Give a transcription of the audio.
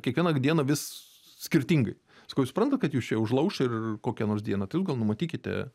kiekvieną dieną vis skirtingai sakau jūs suprantat kad jus čia užlauš ir kokią nors dieną tai jus gal numatykite